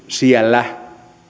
siellä